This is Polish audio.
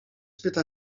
pyta